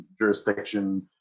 jurisdiction